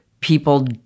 people